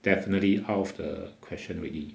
definitely out of the question already